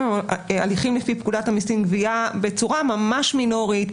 הליכים לפי פקודת המיסים (גבייה) בצורה ממש מינורית.